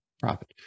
profit